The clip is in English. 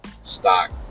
stock